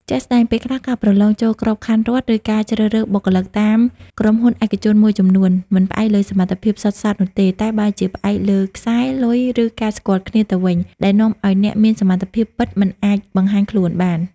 ជាក់ស្ដែង ពេលខ្លះ ការប្រឡងចូលក្របខ័ណ្ឌរដ្ឋ ឬការជ្រើសរើសបុគ្គលិកតាមក្រុមហ៊ុនឯកជនមួយចំនួន មិនផ្អែកលើសមត្ថភាពសុទ្ធសាធនោះទេ តែបែរជាផ្អែកលើ «ខ្សែ» «លុយ» ឬ «ការស្គាល់គ្នា» ទៅវិញ ដែលនាំឲ្យអ្នកមានសមត្ថភាពពិតមិនអាចបង្ហាញខ្លួនបាន។